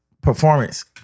Performance